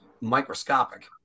microscopic